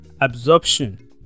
absorption